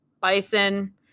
bison